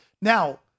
Now